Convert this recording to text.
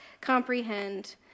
comprehend